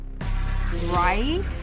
Right